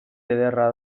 ederra